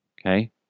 Okay